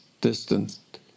distant